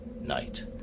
night